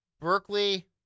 Berkeley